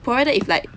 provided if like